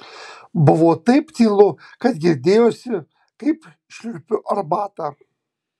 buvo taip tylu kad girdėjosi kaip šliurpiu arbatą